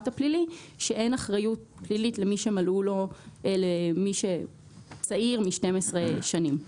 הפלילי שאין אחריות פלילית למי שצעיר מ-12 שנים.